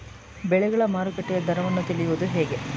ಬೆಳೆಗಳ ಮಾರುಕಟ್ಟೆಯ ದರವನ್ನು ತಿಳಿಯುವುದು ಹೇಗೆ?